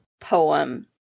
poem